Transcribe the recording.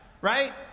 right